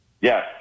Yes